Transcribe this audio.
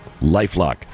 lifelock